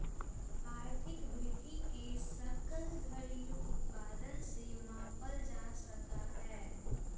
आर्थिक वृद्धि के सकल घरेलू उत्पाद से मापल जा सका हई